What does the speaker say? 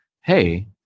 hey